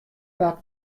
waard